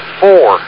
four